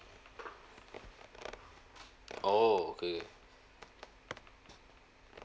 oh okay okay